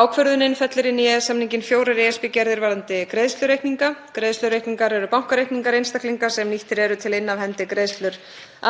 Ákvörðunin fellir inn í EES-samninginn fjórar ESB-gerðir varðandi greiðslureikninga. Greiðslureikningar eru bankareikningar einstaklinga sem nýttir eru til að inna af hendi greiðslur